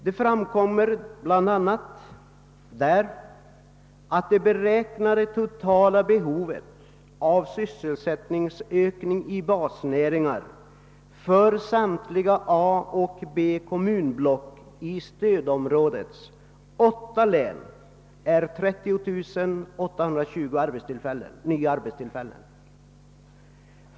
Det framgår bl a. att det beräknade totala behovet av sysselsättningsökning i basnäringar för samtliga A och B-kommunblock i stödområdets åtta län är 30 820 nya arbetstillfällen.